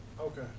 Okay